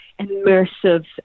immersive